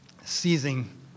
Seizing